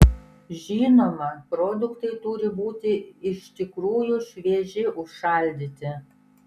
žinoma produktai turi būti iš tikrųjų švieži užšaldyti